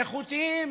איכותיים,